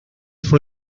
fue